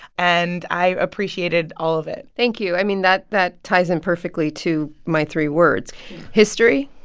and i appreciated all of it thank you. i mean, that that ties in perfectly to my three words history,